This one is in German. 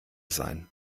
sein